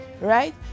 right